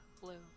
blue